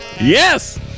yes